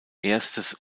erstes